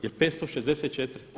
Jel' 564.